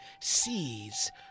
sees